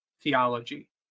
theology